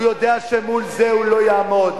הוא יודע שמול זה הוא לא יעמוד.